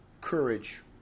Courage